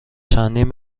چندین